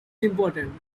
important